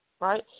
right